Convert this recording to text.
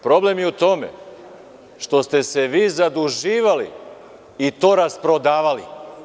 Problem je u tome što ste se vi zaduživali i to rasprodavali.